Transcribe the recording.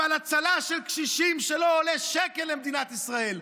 אבל הצלה של קשישים שלא עולה שקל למדינת ישראל,